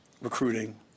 recruiting